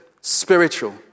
spiritual